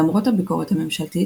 למרות הביקורת הממשלתית,